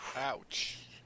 Ouch